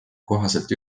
kohaselt